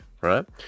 right